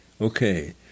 Okay